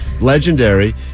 Legendary